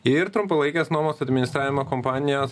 ir trumpalaikės nuomos administravimo kompanijos